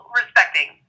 respecting